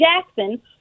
Jackson